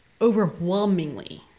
overwhelmingly